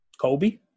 kobe